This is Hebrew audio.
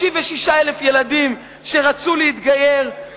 36,000 ילדים שרצו להתגייס,